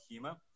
HEMA